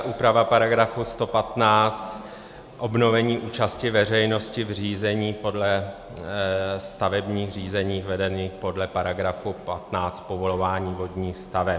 Úprava § 115 obnovení účasti veřejnosti v řízení podle stavebních řízení vedených podle § 15 povolování vodních staveb.